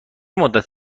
مدت